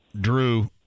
Drew